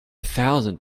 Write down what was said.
thousand